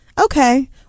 Okay